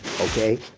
okay